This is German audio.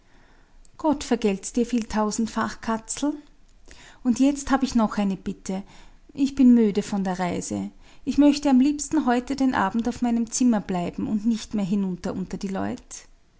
gott vergelt's dir viel tausendfach katzel und jetzt hab ich noch eine bitte ich bin müde von der reise ich möchte am liebsten heute den abend auf meinem zimmer bleiben und nicht mehr hinunter unter die leut